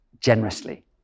generously